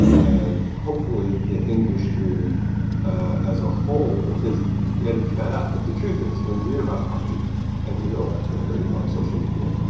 and hopefully the industry as a whole is getting fed up. but the truth is, when you hear about harvey and you go on twitter, you go on social media,